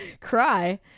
cry